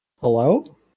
Hello